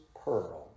pearl